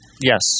Yes